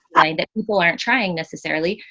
ah and people aren't trying necessarily,